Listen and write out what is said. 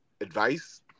Advice